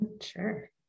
Sure